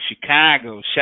Chicago